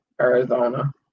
Arizona